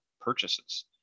purchases